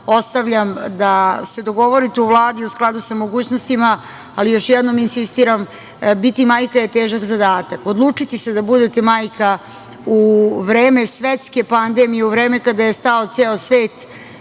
ostavljam da se dogovorite u Vladi u skladu sa mogućnostima. Još jednom, insistiram – biti majka je težak zadatak. Odlučiti se da budete majka u vreme svetske pandemije, u vreme kada je stao ceo svet